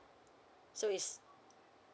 so is